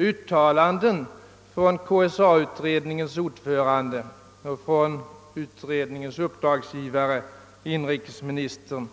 Uttalanden från KSA-utredningens ordförande och från utredningens uppdragsgivare inrikesministern